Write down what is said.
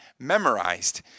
memorized